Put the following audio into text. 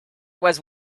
was